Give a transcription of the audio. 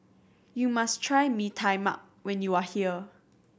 you must try Mee Tai Mak when you are here